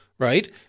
right